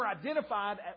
identified